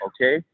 okay